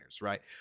right